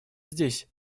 здесь